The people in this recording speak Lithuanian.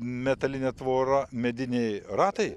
metalinę tvorą mediniai ratai